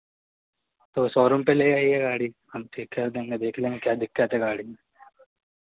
तो शोरूम पे ले आइए गाड़ी हम ठीक कर देंगे देख लेंगे क्या दिक्कत है गाड़ी में